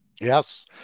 yes